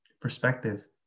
perspective